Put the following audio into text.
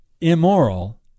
immoral